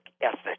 ethic